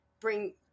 bring